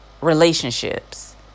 relationships